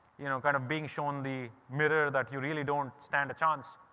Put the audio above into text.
you know, kind of being shown the mirror that you really don't stand a chance